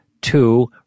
two